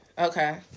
Okay